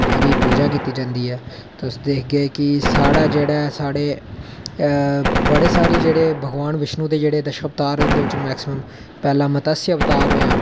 ओह्दी पूजा कीती जंदी ऐ तुस दिक्खगे कि साढ़ा जेह्ड़ा ऐ साढ़े बड़े सारे जेह्ड़े भगोआन विष्णु दे दस्स अवतार उं'दे बिच मैक्सीमम पैह्ला मत्स्य अवतार होएआ